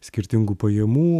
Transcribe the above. skirtingų pajamų